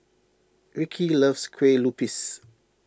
Ricki loves Kueh Lupis